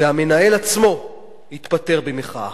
והמנהל עצמו התפטר במחאה.